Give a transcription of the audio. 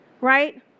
right